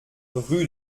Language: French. rue